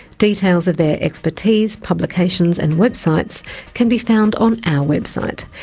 details of their expertise, publications and websites can be found on our website.